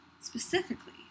specifically